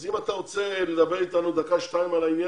אז אם אתה רוצה לדבר איתנו דקה-שתיים על העניין,